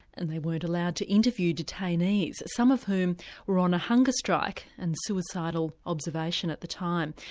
and they weren't allowed to interview detainees, some of whom were on a hunger strike and suicidal observation at the time.